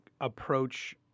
approach